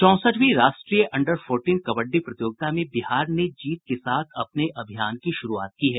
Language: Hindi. चौसठवीं राष्ट्रीय अंडर फोर्टीन कबड्डी प्रतियोगिता में बिहार ने जीत के साथ अपने अभियान की शुरूआत की है